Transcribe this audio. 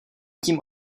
tím